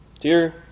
dear